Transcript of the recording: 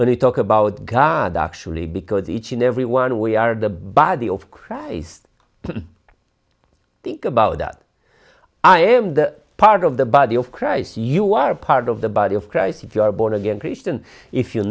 we talk about god actually because each and every one we are the body of christ think about that i am the part of the body of christ you are part of the body of christ if you are born again christian if you